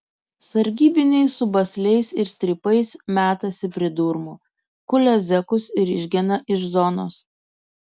sargybiniai su basliais ir strypais metasi pridurmu kulia zekus ir išgena iš zonos